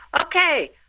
Okay